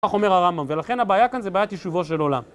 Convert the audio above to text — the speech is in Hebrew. כך אומר הרמב״ם, ולכן הבעיה כאן זה בעיית ישובו של עולם.